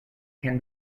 can